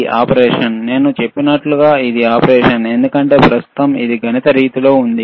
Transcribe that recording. ఇది ఆపరేషన్ నేను చెప్పినట్లు ఇది ఆపరేషన్ ఎందుకంటే ప్రస్తుతం ఇది గణిత రీతిలో ఉంది